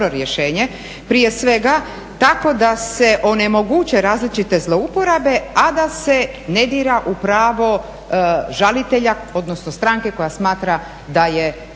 prije svega tako da se onemoguće različite zlouporabe, a da se ne dira u pravo žalitelja odnosno stranke koja smatra da je oštećena.